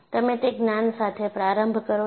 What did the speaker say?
તમે તે જ્ઞાન સાથે પ્રારંભ કરો છો